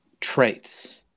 traits